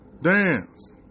dance